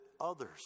others